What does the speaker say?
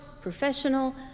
professional